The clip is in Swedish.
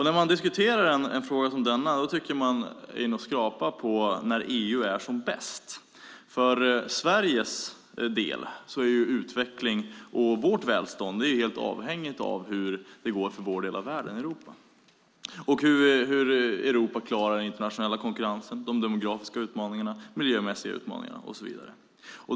När man diskuterar en fråga som denna tycker man att vi är inne och skrapar på när EU är som bäst. För Sveriges del är vår utveckling och vårt välstånd helt avhängigt av hur det går för vår del av världen, Europa, och hur Europa klarar den internationella konkurrensen, de demografiska och miljömässiga utmaningarna och så vidare.